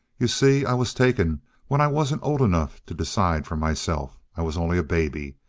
you see, i was taken when i wasn't old enough to decide for myself. i was only a baby.